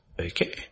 Okay